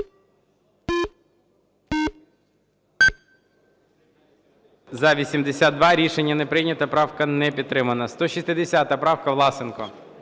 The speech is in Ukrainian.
За-82 Рішення не прийнято. Правка не підтримана. 160 правка, Власенко.